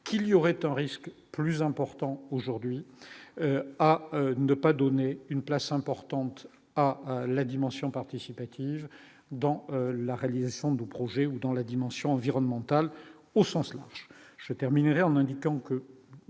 qu'il y aurait un risque plus emportant aujourd'hui à ne pas donner une place importante à la dimension participative dans la réalisation de projet ou dans la dimension environnementale au sens large, je terminerai en indiquant que